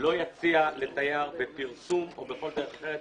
לא יציע לתייר בפרסום או לא יפרסם בכל דרך אחרת